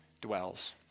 dwells